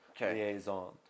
liaison